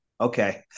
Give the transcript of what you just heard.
okay